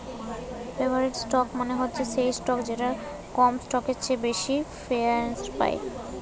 preferred stock মানে হচ্ছে সেই স্টক যেটা কমন স্টকের চেয়ে বেশি প্রেফারেন্স পায়